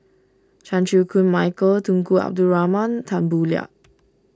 Chan Chew Koon Michael Tunku Abdul Rahman Tan Boo Liat